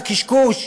זה קשקוש.